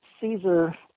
Caesar